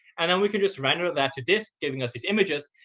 and then we could just render that to disk giving us these images.